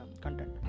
content